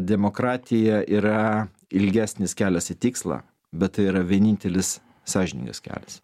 demokratija yra ilgesnis kelias į tikslą bet tai yra vienintelis sąžiningas kelias